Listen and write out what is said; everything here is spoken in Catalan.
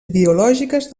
ideològiques